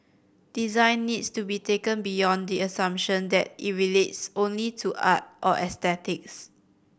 design needs to be taken beyond the assumption that it relates only to art or aesthetics